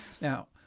now